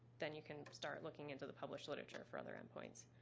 then you can start looking into the published literature for other endpoints.